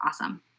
awesome